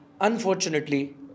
Unfortunately